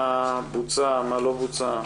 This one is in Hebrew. מה בוצע ומה לא בוצע,